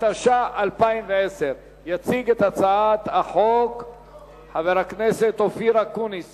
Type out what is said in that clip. התש"ע 2010. חבר הכנסת אופיר אקוניס